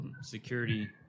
security